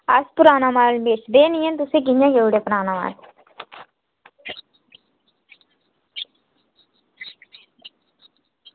अस पराना माल बेचदे निं हैन तुसें ई किया रेट सनाना